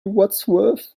wadsworth